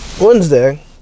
Wednesday